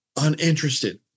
uninterested